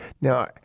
Now